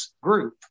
group